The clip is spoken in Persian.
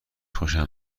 خوشم